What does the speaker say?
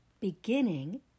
beginning